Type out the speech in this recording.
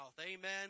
Amen